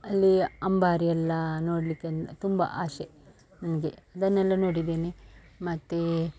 ಅಲ್ಲಿ ಅಂಬಾರಿಯೆಲ್ಲ ನೋಡಲಿಕ್ಕೆ ಒಂ ತುಂಬ ಆಸೆ ನನಗೆ ಅದನ್ನೆಲ್ಲ ನೋಡಿದ್ದೇನೆ ಮತ್ತು